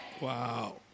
Wow